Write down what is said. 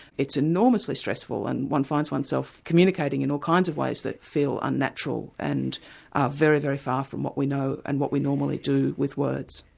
it's enormously stressful and one finds oneself communicating in all kinds of ways that feel unnatural, and are very, very far from what we know and what we normally do with words.